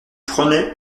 prenais